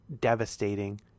devastating